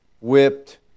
whipped